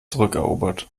zurückerobert